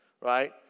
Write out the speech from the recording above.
right